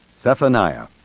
Zephaniah